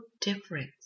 difference